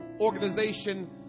organization